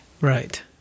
Right